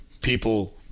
People